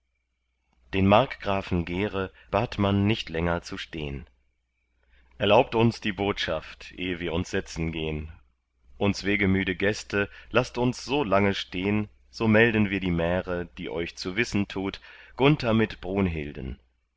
den markgrafen gere bat man nicht länger zu stehn erlaubt uns die botschaft eh wir uns setzen gehn uns wegemüde gäste laßt uns so lange stehn so melden wir die märe die euch zu wissen tut gunther mit brunhilden